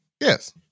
Yes